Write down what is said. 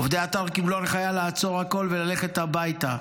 עובדי האתר קיבלו הנחיה לעצור הכול וללכת הביתה,